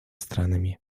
странами